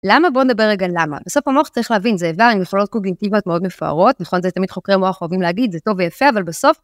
למה? בואו נדבר רגע למה. בסוף המוח צריך להבין, זה איבר עם יכולות קוגניטיביות מאוד מפוארות, בכל זאת תמיד חוקרי המוח אוהבים להגיד, זה טוב ויפה, אבל בסוף...